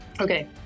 okay